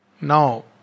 Now